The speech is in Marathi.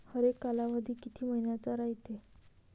हरेक कालावधी किती मइन्याचा रायते?